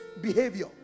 behavior